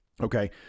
Okay